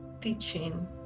teaching